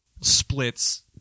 splits